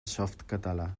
softcatalà